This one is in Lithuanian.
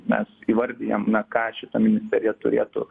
mes įvardijam na ką šita ministerija turėtų